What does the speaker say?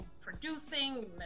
producing